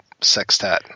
Sextat